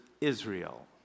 Israel